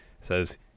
says